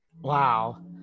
Wow